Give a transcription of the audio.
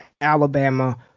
Alabama